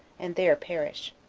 and there perish.